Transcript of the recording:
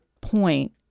point